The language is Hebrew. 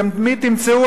מי תמצאו,